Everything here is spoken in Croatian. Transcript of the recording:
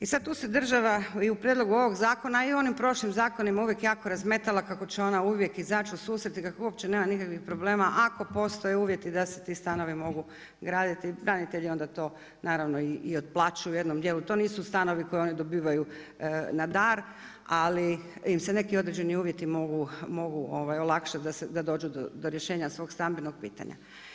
I sad tu se država i u prijedlogu ovoga zakona, i u onim prošlim zakona uvijek jako razmetala kako će ona uvijek izaći u susret i kako uopće nema nikakvih problema ako postoji uvjeti da se ti stanovi mogu graditi, branitelji onda to naravno i otplaćuju u jednom djelu, to nisu stanovi koji oni dobivaju na dar, ali im se neki određeni uvjeti mogu olakšati da dođu do rješenja svog stambenog pitanja.